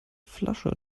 flasche